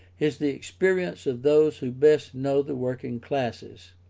is the experience of those who best know the working classes,